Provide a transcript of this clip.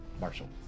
Marshall